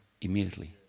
Immediately